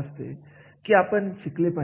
पुढे आहे कौशल्य ज्ञान